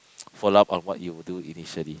follow up on what you would do initially